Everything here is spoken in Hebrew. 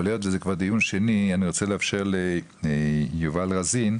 אבל היות וזה כבר דיון שני אני רוצה לאפשר ליובל רזין,